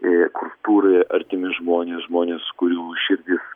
kultūrai artimi žmonės žmonės kurių širdys